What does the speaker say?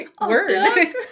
Word